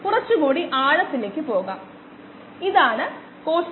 അപ്പോൾ v 2 ഇതിനും ഇതിനും ഇടയിലാണ് 15